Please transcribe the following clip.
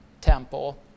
temple